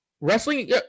wrestling